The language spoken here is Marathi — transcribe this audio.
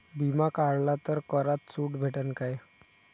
बिमा काढला तर करात सूट भेटन काय?